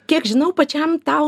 kiek žinau pačiam tau